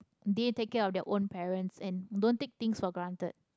they take care of their own parents and don't take things for granted